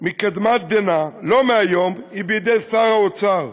מקדמת דנא, לא מהיום, היא בידי שר האוצר"